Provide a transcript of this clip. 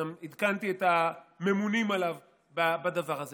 וגם עדכנתי את הממונים עליו בדבר הזה.